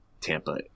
Tampa